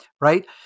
Right